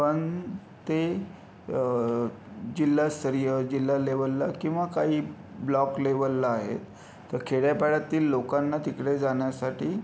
पण ते जिल्हास्तरीय जिल्हा लेवलला किंवा काही ब्लॉक लेवलला आहेत तर खेड्यापाड्यातील लोकांना तिकडे जाण्यासाठी